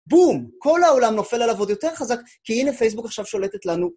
בום! כל העולם נופל עליו עוד יותר חזק, כי הנה פייסבוק עכשיו שולטת לנו